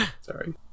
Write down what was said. Sorry